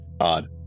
odd